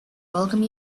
welcome